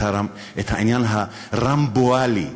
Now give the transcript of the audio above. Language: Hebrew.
את העניין הרמבואלי,